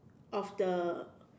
of the